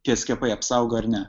tie skiepai apsaugo ar ne